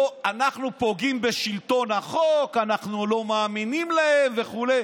פוגעים בשלטון החוק, אנחנו לא מאמינים להם וכו'.